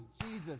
Jesus